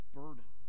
burden